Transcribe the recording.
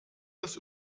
das